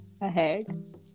ahead